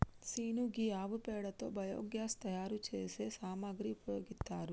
scene గీ ఆవు పేడతో బయోగ్యాస్ తయారు సేసే సామాగ్రికి ఉపయోగిత్తారు